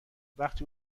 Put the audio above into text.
وقتی